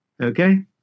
Okay